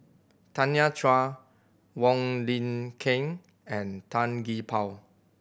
Tanya Chua Wong Lin Ken and Tan Gee Paw